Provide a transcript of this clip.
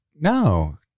No